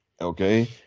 okay